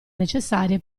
necessarie